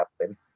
happen